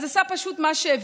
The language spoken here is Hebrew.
אז עשה פשוט מה שהבין.